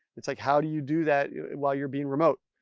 it's like, how do you do that while you're being remote.